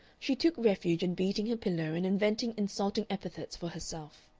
she took refuge in beating her pillow and inventing insulting epithets for herself.